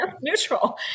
neutral